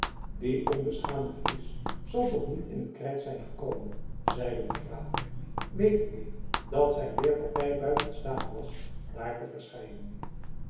die onbeschaamde fries zal toch niet in het krijt zijn gekomen zeide de graaf wetende dat zijn weerpartij buiten staat was daar te verschijnen